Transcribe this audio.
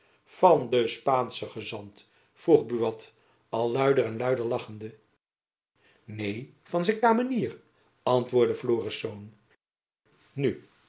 van den spaanschen gezant vroeg buat al luider en luider lachende neen van zijn kamerdienaar antwoordde florisz